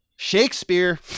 Shakespeare